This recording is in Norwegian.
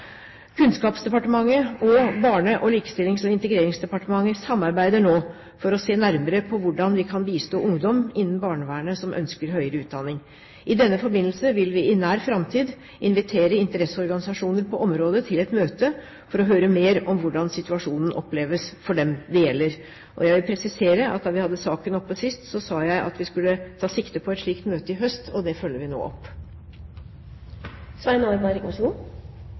Kunnskapsdepartementet og Barne-, likestillings- og inkluderingsdepartementet samarbeider nå for å se nærmere på hvordan vi kan bistå ungdom innen barnevernet som ønsker høyere utdanning. I denne forbindelse vil vi i nær framtid invitere interesseorganisasjoner på området til et møte for å høre mer om hvordan situasjonen oppleves for dem det gjelder. Jeg vil presisere at da vi hadde saken oppe sist, sa jeg at vi skulle ta sikte på et slikt møte i høst, og det følger vi nå